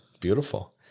Beautiful